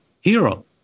hero